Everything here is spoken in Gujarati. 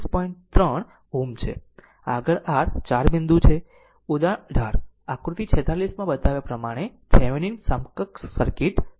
આગળ r 4 બિંદુ છે ઉદાહરણ 18 આકૃતિ 46 માં બતાવ્યા પ્રમાણે થેવેનિન સમકક્ષ સર્કિટ શોધો